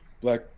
black